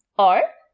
or,